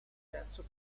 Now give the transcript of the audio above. terzo